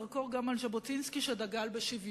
להאיר עם הזרקור גם על ז'בוטינסקי שדגל בשוויון,